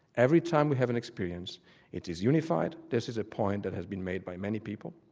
every time we have an experience it is unified this is a point that has been made by many people,